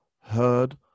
heard